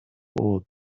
bored